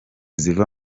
ziva